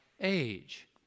age